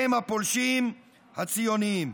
הם הפולשים הציונים.